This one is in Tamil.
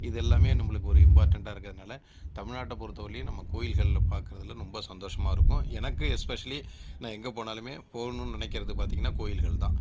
இது எல்லாமே நம்மளுக்கு ஒரு இம்பார்டண்ட்டாக இருக்கிறதுனால தமிழ்நாட்டை பொறுத்தவரையிலும் நம்ம கோயில்கள்ல பார்க்குறதுல ரொம்ப சந்தோஷமாக இருக்கும் எனக்கு எஸ்பெஷலி நான் எங்கே போனாலுமே போகணும்னு நினைக்கிறது பாத்தீங்கன்னா கோயில்கள் தான்